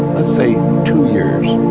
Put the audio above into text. let's say, two years,